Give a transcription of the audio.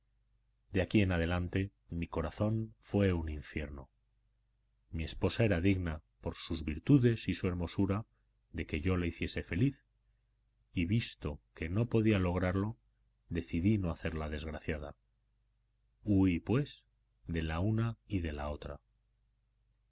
de aquí en adelante mi corazón fue un infierno mi esposa era digna por sus virtudes y su hermosura de que yo la hiciese feliz y visto que no podía lograrlo decidí no hacerla desgraciada huí pues de la una y de la otra